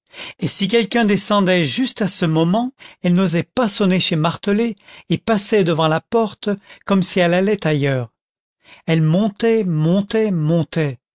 et si quelqu'un descendait juste à ce moment elle n'osait pas sonner chez martelet et passait devant la porte comme si elle allait ailleurs elle montait montait montait